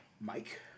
Mike